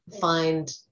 find